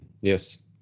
yes